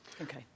Okay